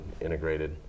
integrated